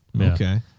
okay